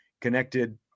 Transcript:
connected